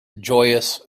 joyous